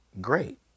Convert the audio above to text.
great